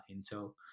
intel